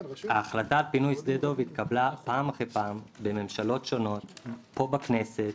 ההחלטה על פינוי שדה דב התקבלה פעם אחר פעם בממשלות שונות פה בכנסת,